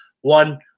One